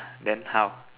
then how